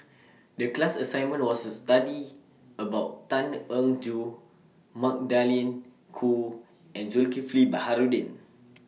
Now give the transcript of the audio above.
The class assignment was to study about Tan Eng Joo Magdalene Khoo and Zulkifli Baharudin